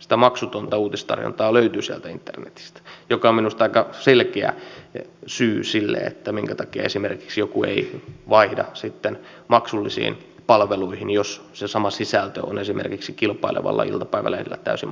sitä maksutonta uutistarjontaa löytyy sieltä internetistä mikä on minusta aika selkeä syy sille minkä takia joku esimerkiksi ei vaihda sitten maksullisiin palveluihin jos se sama sisältö on esimerkiksi kilpailevalla iltapäivälehdellä täysin